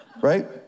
Right